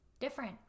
different